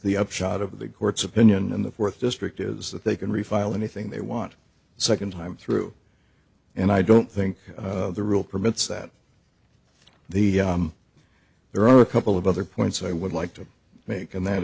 the upshot of the court's opinion in the th district is that they can refile anything they want the nd time through and i don't think the rule permits that the there are a couple of other points i would like to make and that